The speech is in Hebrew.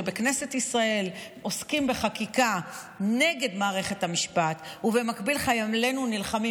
שבכנסת ישראל עוסקים בחקיקה נגד מערכת המשפט ובמקביל חיילינו נלחמים